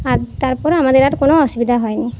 আর তারপরে আমাদের আর কোনো অসুবিধা হয় নি